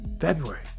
February